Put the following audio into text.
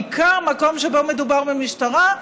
בעיקר מקום שבו מדובר במשטרה,